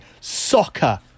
Soccer